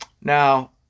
Now